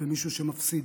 ומישהו שמפסיד.